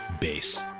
bass